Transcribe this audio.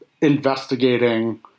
investigating